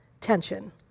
tension